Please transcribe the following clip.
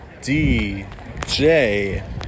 DJ